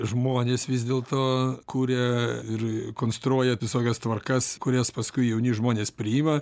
žmonės vis dėlto kuria ir konstruoja visokias tvarkas kurias paskui jauni žmonės priima